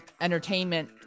entertainment